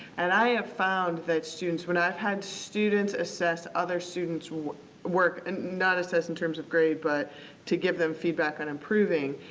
and, i have found that students when i've had students assess other students work, and not assess in terms of grade, but to give them feedback on improving.